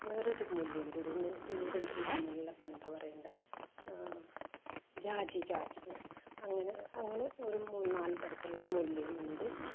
വേറെയൊരു മുല്ലയും കൂടിയുണ്ട് അതിൻ്റെ പേര് എനിക്ക് കിട്ടുന്നില്ലല്ലോ ഇപ്പോൾ എന്താണ് പറയേണ്ടത് ആ ജാജി ജാജി ആ അങ്ങനെ അങ്ങനെ ഒരു മൂന്ന് നാല് തരത്തിലുള്ള മുല്ലയുണ്ട്